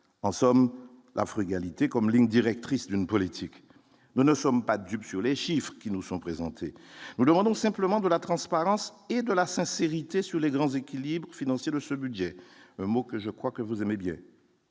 en somme la frugalité comme ligne directrice d'une politique, nous ne sommes pas dupes sur les chiffres qui nous sont présentés, nous demandons simplement de la transparence et de la sincérité sur les grands équilibres financiers de ce budget, mot que je crois que vous aimez bien